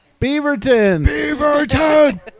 Beaverton